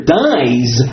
dies